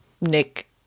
nick